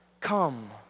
Come